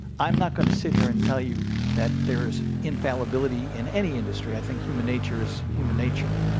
i'm not going to sit here and tell you that there's infallibility in any industry. i think human nature is human nature.